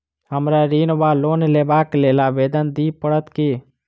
हमरा ऋण वा लोन लेबाक लेल आवेदन दिय पड़त की?